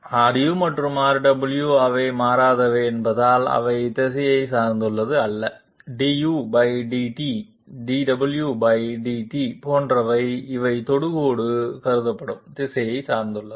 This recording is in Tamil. Ru மற்றும் Rw அவை மாறாதவை என்பதால் அவை திசையைச் சார்ந்தது அல்ல dudt dwdt போன்றவை இவை தொடுகோடு கருதப்படும் திசையைச் சார்ந்தது